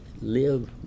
live